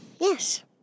yes